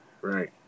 right